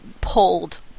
pulled